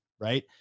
right